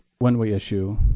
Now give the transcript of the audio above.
when we issue,